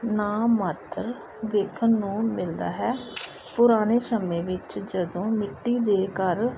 ਨਾ ਮਾਤਰ ਵੇਖਣ ਨੂੰ ਮਿਲਦਾ ਹੈ ਪੁਰਾਣੇ ਸਮੇਂ ਵਿੱਚ ਜਦੋਂ ਮਿੱਟੀ ਦੇ ਘਰ